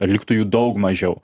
liktų jų daug mažiau